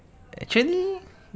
actually